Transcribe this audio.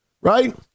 right